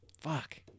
fuck